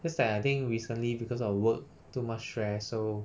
I think recently because of work too much stress so